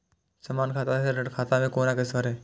समान खाता से ऋण खाता मैं कोना किस्त भैर?